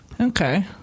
Okay